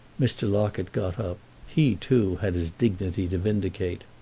mr. locket got up he too had his dignity to vindicate.